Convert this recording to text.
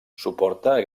suporta